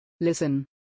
Listen